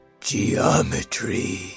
Geometry